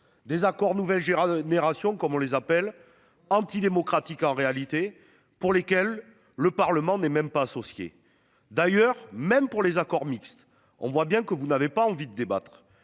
désaccord nouvelle Gerardo génération comme on les appelle anti démocratique. En réalité, pour lesquels le Parlement n'est même pas associer d'ailleurs même pour les accords mixtes. On voit bien que vous n'avez pas envie de débattre.